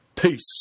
Peace